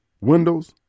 windows